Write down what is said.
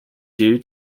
due